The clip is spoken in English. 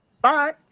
Bye